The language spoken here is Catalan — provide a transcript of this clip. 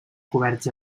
coberts